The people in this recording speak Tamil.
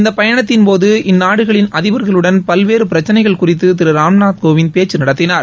இந்த பயணத்தின்போது இந்நாடுகளின் அதிபர்களுடன் பல்வேறு பிரச்சனைகள் குறித்து திரு ராம்நாத் கோவிந்த் பேச்சு நடத்தினார்